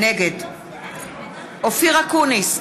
נגד אופיר אקוניס,